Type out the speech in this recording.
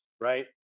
right